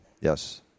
Yes